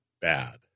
bad